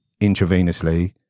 intravenously